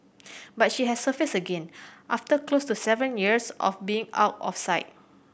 but she has surfaced again after close to seven years of being out of sight